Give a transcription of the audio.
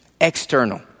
external